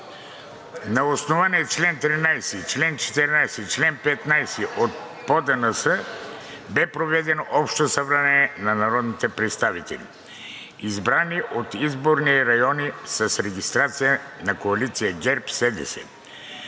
„На основание чл. 13, чл. 14 и чл. 15 от ПОДНС бе проведено общо събрание на народните представители, избрани от изборни райони с регистрация на Коалиция ГЕРБ-СДС